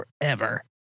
forever